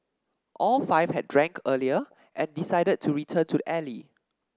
all five had drank earlier and decided to return to the alley